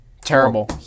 Terrible